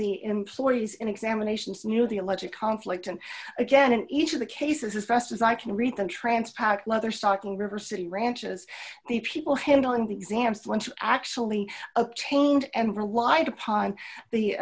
the employees in examinations knew the illogic conflict and again in each of the cases is best as i can read them trance packed leather stocking river city ranches the people handling the exams lunch actually obtained and relied upon the